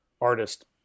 artist